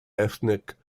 ethnic